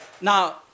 Now